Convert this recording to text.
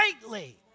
greatly